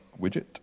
widget